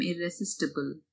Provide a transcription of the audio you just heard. irresistible